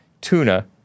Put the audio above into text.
tuna